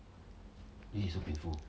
it is a painful